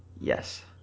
yes